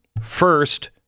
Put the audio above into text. First